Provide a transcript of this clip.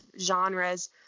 genres